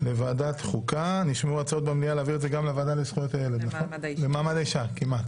החלטת הנשיאות שלא לאשר דחיפות הצעות לסדר-היום בנושאים הבאים: 1. הגבלת